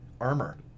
armor